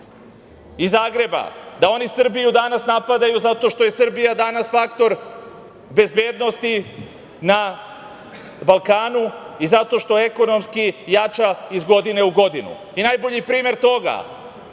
iz Zagreba da oni Srbiju napadaju zato što je Srbija danas faktor bezbednosti na Balkanu i zato što ekonomski jača iz godine u godinu i najbolji primer toga